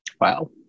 Wow